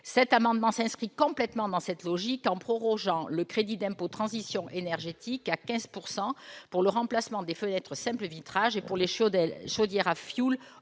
cet amendement s'inscrit complètement dans cette logique en prorogeant le crédit d'impôt, transition énergétique à 15 pourcent pour le remplacement des fenêtre simple vitrage et pour les Chaudel chaudière à fioul